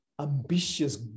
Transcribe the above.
ambitious